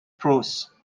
prose